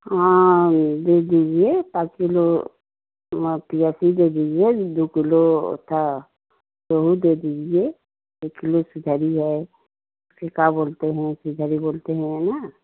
हाँ भेज दीजिए पाँच किलो म प्यासी दे दीजिए दो किलो ओथा रोहू दे दीजिए एक किलो सिधरी है फिर क्या बोलते हैं सिधरी बोलते हैं ना